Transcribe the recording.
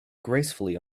gracefully